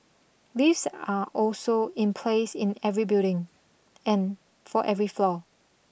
lifts are also in place in every building and for every floor